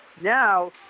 Now